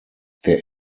der